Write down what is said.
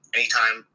anytime